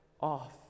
off